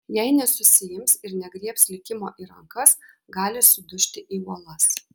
jei nesusiims ir negriebs likimo į rankas gali sudužti į uolas